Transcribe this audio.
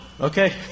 okay